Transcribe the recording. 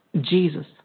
Jesus